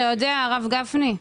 אתה יודע, הרב גפני,